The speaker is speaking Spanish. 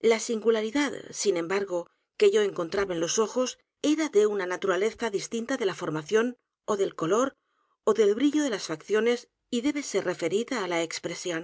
la singularidad sin embargo que yo encontraba en los ojos era de una ligeia t naturaleza distinta de la formación ó del color ó del b r i l l o d e l a s facciones y d e b e ser referida a l a expresión